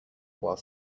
while